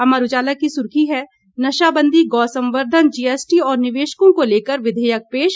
अमर उजाला की सुर्खी है नशाबंदी गोसंवर्द्वन जीएसटी और निवेशकों को लेकर विधेयक पेश